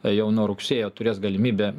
jau nuo rugsėjo turės galimybę